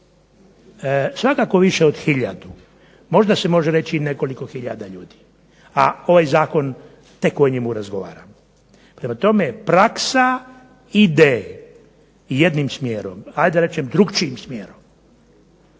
svakako više od hiljadu, možda se može reći i nekoliko hiljada ljudi, a ovaj zakon tek o njemu razgovaramo. Prema tome, praksa ide jednim smjerom, ajde reći ćemo drukčijim smjerom,